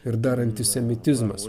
ir dar antisemitizmas